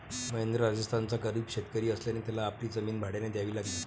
महेंद्र राजस्थानचा गरीब शेतकरी असल्याने त्याला आपली जमीन भाड्याने द्यावी लागली